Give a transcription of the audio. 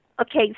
okay